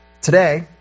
Today